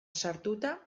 sartuta